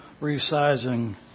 resizing